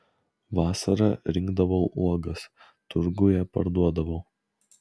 vasarą rinkdavau uogas turguje parduodavau